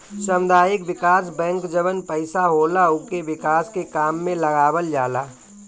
सामुदायिक विकास बैंक जवन पईसा होला उके विकास के काम में लगावल जाला